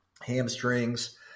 hamstrings